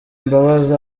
imbabazi